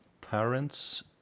parents